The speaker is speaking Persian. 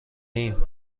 ایم